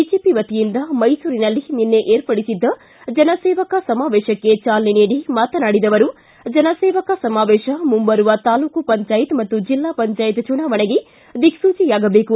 BJP ವತಿಯಿಂದ ಮೈಸೂರಿನಲ್ಲಿ ನಿನ್ನೆ ಏರ್ಪಡಿಸಿದ್ದ ಜನ ಸೇವಕ ಸಮಾವೇಶಕ್ಕೆ ಚಾಲನೆ ನೀಡಿ ಮಾತನಾಡಿದ ಅವರು ಜನಸೇವಕ ಸಮಾವೇಶ ಮುಂಬರುವ ತಾಲೂಕು ಪಂಚಾಯತ್ ಮತ್ತು ಜಿಲ್ಲಾ ಪಂಚಾಯತ್ ಚುನಾವಣೆಗೆ ದಿಕ್ಲೂಚಿಯಾಗಬೇಕು